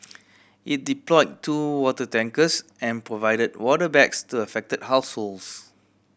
it deployed two water tankers and provided water bags to affected households